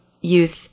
youth